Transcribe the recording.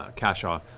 ah kashaw.